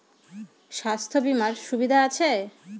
স্বাস্থ্য বিমার সুবিধা আছে?